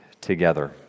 together